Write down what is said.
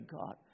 God